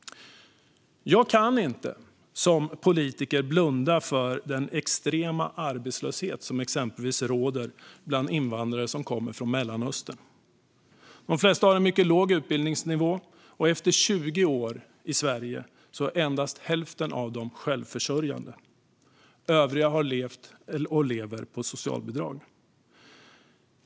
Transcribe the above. Jag kan inte som politiker blunda för den extrema arbetslöshet som exempelvis råder bland invandrare från Mellanöstern. De flesta har en mycket låg utbildningsnivå, och efter 20 år i Sverige är endast hälften av dem självförsörjande. Övriga har levt och lever på socialbidrag.